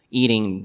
eating